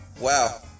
Wow